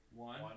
One